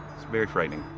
it's very frightening.